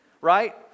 right